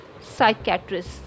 psychiatrist